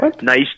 nice